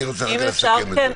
אני רוצה אחר כך לסכם את זה.